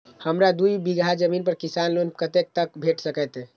हमरा दूय बीगहा जमीन पर किसान लोन कतेक तक भेट सकतै?